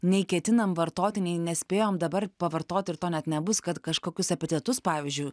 nei ketinam vartoti nei nespėjom dabar pavartot ir to net nebus kad kažkokius epitetus pavyzdžiui